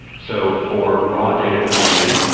so for raw data coming in,